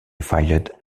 filed